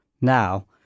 now